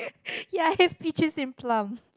ya I have peaches and plum